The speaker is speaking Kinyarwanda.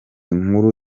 nkuru